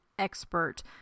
expert